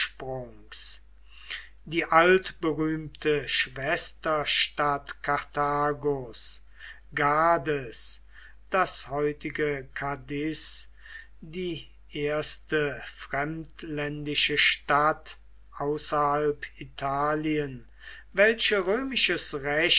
die altberühmte schwesterstadt karthagos gades das heutige cadiz die erste fremdländische stadt außerhalb italien welche